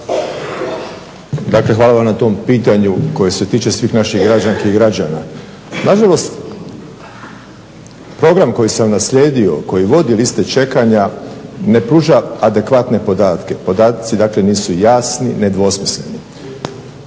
hvala vam na tom pitanju koje se tiče svih naših građanki i građana. Nažalost program koji sam naslijedio i koji vodi liste čekanja ne pruža adekvatne podatke. Podaci dakle nisu jasni i nedvosmisleni.